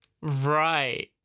right